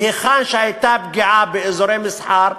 והיכן שהייתה פגיעה באזורי מסחר,